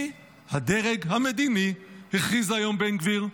"אני הדרג המדיני", הכריז היום בן גביר.